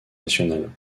nationales